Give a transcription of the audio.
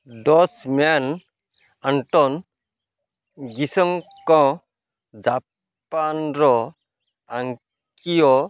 Dutch man Anton ଗିସିଙ୍କ ଜାପାନର Akio